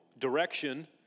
Direction